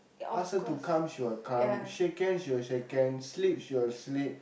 ask her to come she will come shake hand she will shake hand sleep she will sleep